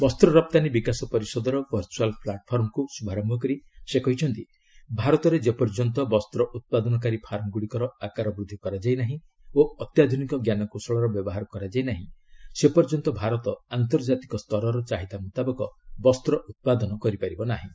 ବସ୍ତାନୀ ବିକାଶ ପରିଷଦର ଭର୍ଚୁଆଲ୍ ପ୍ଲାଟଫର୍ମକୁ ଶୁଭାରୟ କରି ସେ କହିଛନ୍ତି ଭାରତରେ ଯେପର୍ଯ୍ୟନ୍ତ ବସ୍ତ୍ର ଉତ୍ପାଦନକାରୀ ଫାର୍ମଗୁଡ଼ିକର ଆକାର ବୃଦ୍ଧି କରାଯାଇ ନାହିଁ ଓ ଅତ୍ୟାଧୁନିକ ଜ୍ଞାନକୌଶଳର ବ୍ୟବହାର କରାଯାଇ ନାହିଁ ସେ ପର୍ଯ୍ୟନ୍ତ ଭାରତ ଆନ୍ତର୍ଜାତିକ ସ୍ତରର ଚାହିଦା ମୁତାବକ ବସ୍ତ୍ର ଉତ୍ପାଦନ କରିପାରିବ ନାହିଁ